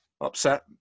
upset